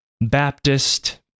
Baptist